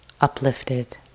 uplifted